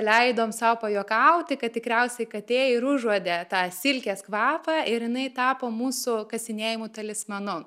leidom sau pajuokauti kad tikriausiai katė ir užuodė tą silkės kvapą ir jinai tapo mūsų kasinėjimų talismanu